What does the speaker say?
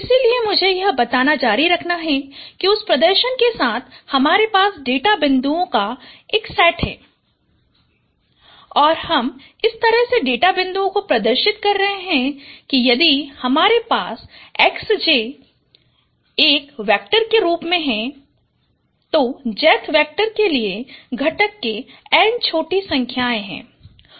इसलिए मुझे यह बताना जारी रखना कि उस प्रदर्शन के साथ हमारे पास डेटा बिंदुओं का एक सेट है और अब हम इस तरह से डेटा बिंदुओं को प्रदर्शित कर रहे हैं कि यदि हमारे पास Xj एक वेक्टर के रूप में है तो jth वेक्टर के लिए घटक के n छोटी संख्याएं हैं